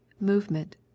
movement